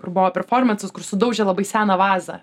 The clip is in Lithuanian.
kur buvo performansas kur sudaužė labai seną vazą